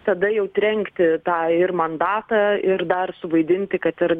tada jau trenkti tą ir mandatą ir dar suvaidinti kad ir